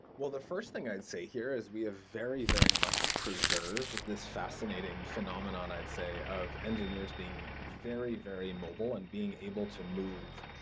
well, the first thing i'd say here is we are very, very much preserved. this fascinating phenomenon, i'd say, of engineers being very, very mobile and being able to move.